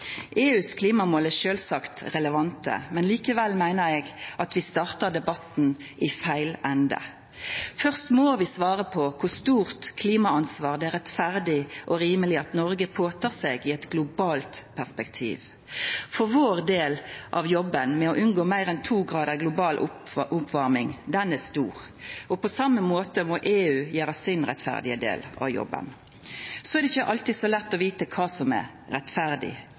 EUs klimamål er sjølvsagt relevante, men likevel meiner eg at vi startar debatten i feil ende. Først må vi svara på kor stort klimaansvar det er rettferdig og rimeleg at Noreg tek på seg i eit globalt perspektiv, for vår del av jobben med å unngå meir enn to gradar global oppvarming er stor. På same måten må EU gjera sin rettferdige del av jobben. Så er det ikkje alltid så lett å vita kva som er rettferdig.